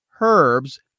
herbs